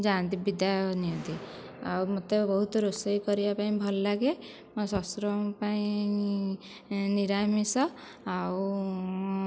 ଯାଆନ୍ତି ବିଦାୟ ନିଅନ୍ତି ଆଉ ମୁଁ ତ ବହୁତ ରୋଷେଇ କରିବାପାଇଁ ଭଲ ଲାଗେ ମୋ ଶଶୁରଙ୍କ ପାଇଁ ନିରାମିଷ ଆଉ